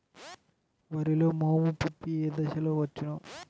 వరిలో మోము పిప్పి ఏ దశలో వచ్చును?